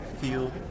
feel